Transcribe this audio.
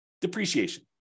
depreciation